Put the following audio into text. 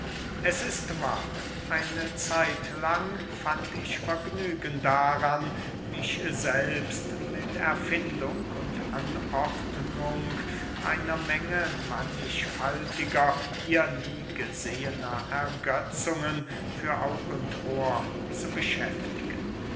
es ist wahr eine zeitlang fand ich vergnügen daran mich selbst mit erfindung und anordnung einer menge mannigfaltiger hier nie gesehener ergetzungen für aug und ohr zu beschäftigen